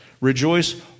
Rejoice